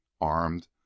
Armed